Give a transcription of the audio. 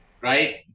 Right